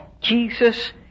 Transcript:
Jesus